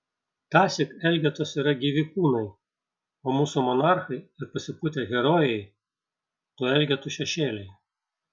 tąsyk elgetos yra gyvi kūnai o mūsų monarchai ir pasipūtę herojai tų elgetų šešėliai